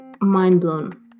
mind-blown